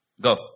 Go